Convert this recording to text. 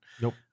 Nope